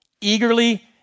eagerly